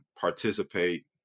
participate